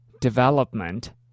development